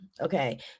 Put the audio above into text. okay